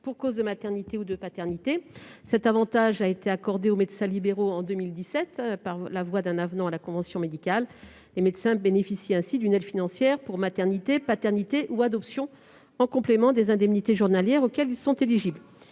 pour cause de maternité ou de paternité. Cet avantage a été accordé aux médecins libéraux en 2017, par la voie d'un avenant à la convention médicale. Les médecins bénéficient ainsi d'une aide financière pour maternité, paternité ou adoption, en complément des indemnités journalières auxquelles ils sont éligibles.